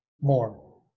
more